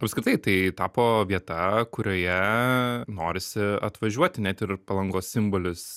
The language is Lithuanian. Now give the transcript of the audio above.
apskritai tai tapo vieta kurioje norisi atvažiuoti net ir palangos simbolis